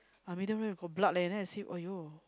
!wah! medium rare got blood leh then I see !aiyo!